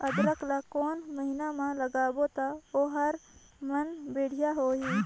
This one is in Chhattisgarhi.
अदरक ला कोन महीना मा लगाबो ता ओहार मान बेडिया होही?